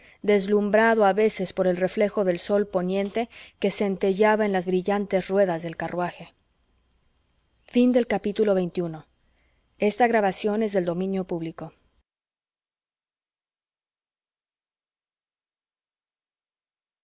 deslumbrado a veces por el reflejo del sol poniente que centelleaba en las brillantes ruedas del carruaje xxii